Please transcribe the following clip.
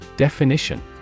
Definition